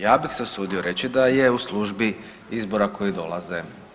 Ja bih se usudio reći da je u službi izbora koji dolaze.